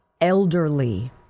elderly